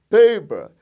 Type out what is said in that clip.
paper